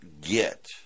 get –